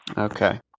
okay